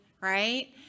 right